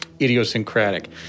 idiosyncratic